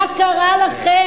מה קרה לכם?